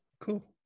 cool